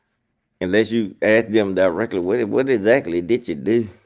unless you ask them directly what what exactly did you do?